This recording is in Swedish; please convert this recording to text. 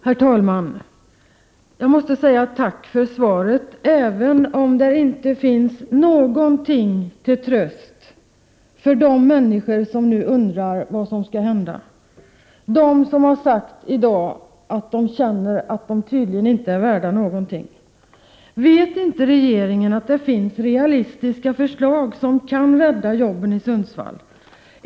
Herr talman! Jag måste säga tack för svaret, även om det i svaret inte fanns någonting till tröst för de människor som nu undrar vad som skall hända. De har i dag sagt att de känner att de tydligen inte är värda någonting. Vet inte regeringen att det finns realistiska förslag som kan rädda jobben i Sundsvall?